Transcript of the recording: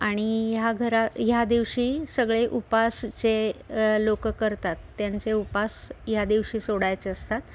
आणि ह्या घरा ह्या दिवशी सगळे उपासाचे लोकं करतात त्यांचे उपास या दिवशी सोडायचे असतात